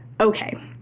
Okay